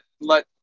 let